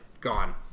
Gone